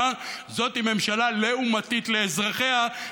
זאת ממשלה לעומתית לאזרחיה,